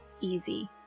easy